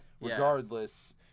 regardless